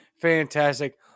Fantastic